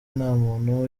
ntamuntu